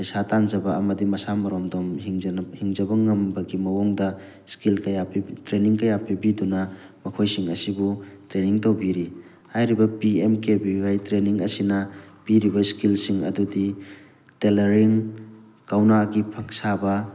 ꯄꯩꯁꯥ ꯇꯥꯟꯖꯕ ꯑꯝꯗꯤ ꯃꯁꯥ ꯃꯔꯣꯝꯗꯣꯝ ꯍꯤꯡꯖꯅ ꯍꯤꯡꯖꯕ ꯉꯝꯕꯒꯤ ꯃꯑꯣꯡꯗ ꯏꯁꯀꯤꯜ ꯀꯌꯥ ꯄꯤꯕꯤ ꯇ꯭ꯔꯦꯟꯅꯤꯡ ꯀꯌꯥ ꯄꯤꯕꯤꯗꯨꯅ ꯃꯈꯣꯏꯁꯤꯡ ꯑꯁꯤꯕꯨ ꯇ꯭ꯔꯦꯟꯅꯤꯡ ꯇꯧꯕꯤꯔꯤ ꯍꯥꯏꯔꯤꯕ P M K V Y training ꯑꯁꯤꯅ ꯄꯤꯔꯤꯕ ꯏꯁꯀꯤꯜꯁꯤꯡ ꯑꯗꯨꯗꯤ ꯇꯦꯂꯔꯤꯡ ꯀꯧꯅꯥꯒꯤ ꯐꯛ ꯁꯥꯕ